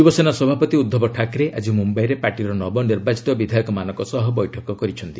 ଶିବସେନା ସଭାପତି ଉଦ୍ଧବ ଠାକରେ ଆଜି ମୁମ୍ଭାଇରେ ପାର୍ଟିର ନବନିର୍ବାଚିତ ବିଧାୟକମାନଙ୍କ ସହ ବୈଠକ କରିଛନ୍ତି